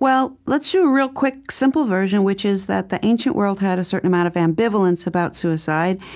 well, let's do a real quick, simple version, which is that the ancient world had a certain amount of ambivalence about suicide.